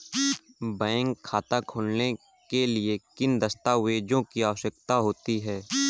Bank खाता खोलने के लिए किन दस्तावेजों की आवश्यकता होती है?